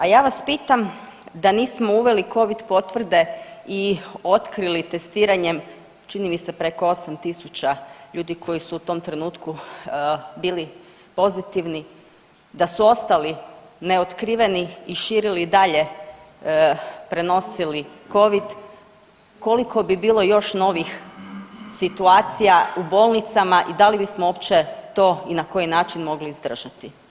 A ja vas pitam da nismo uveli covid potvrde i otkrili testiranjem čini mi se preko 8 tisuća ljudi koji su u tom trenutku bili pozitivni da su ostali neotkriveni i širili i dalje, prenosili covid koliko bi bilo još novih situacija u bolnicama i da li bismo uopće to i na koji način mogli izdržati.